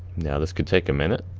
now this could take a minute.